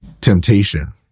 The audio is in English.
temptation